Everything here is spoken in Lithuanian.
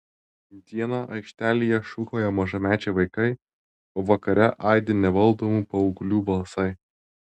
dieną aikštelėje šūkauja mažamečiai vaikai o vakare aidi nevaldomų paauglių balsai